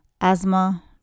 asthma